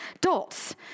dots